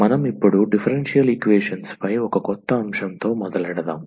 మనం ఇప్పుడు differential equations పై ఒక కొత్త అంశంతో మొదలెడదాం